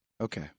Okay